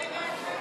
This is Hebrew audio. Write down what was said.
מי נגד?